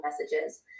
messages